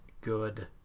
good